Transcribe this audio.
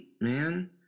man